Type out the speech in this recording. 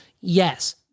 yes